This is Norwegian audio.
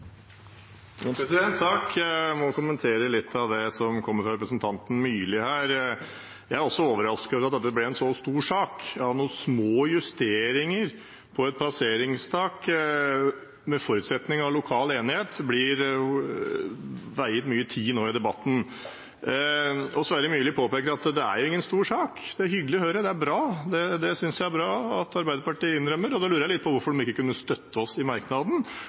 må kommentere litt av det som kommer fra representanten Myrli her. Jeg er også overrasket over at det ble en så stor sak av noen små justeringer på et passeringstak, med forutsetning om lokal enighet, og at det ble viet mye tid i denne debatten. Sverre Myrli påpeker at det er ikke noen stor sak. Det er det hyggelig å høre. Jeg synes det er bra at Arbeiderpartiet innrømmer det, og da lurer jeg litt på hvorfor de ikke kunne støtte oss i merknaden.